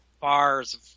bars